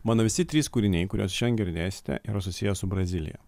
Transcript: mano visi trys kūriniai kuriuos šian girdėsite yra susiję su brazilija